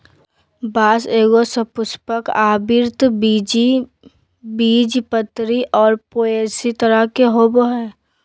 बाँस एगो सपुष्पक, आवृतबीजी, बीजपत्री और पोएसी तरह के होबो हइ